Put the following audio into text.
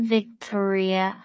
Victoria